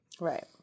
Right